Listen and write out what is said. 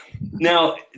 Now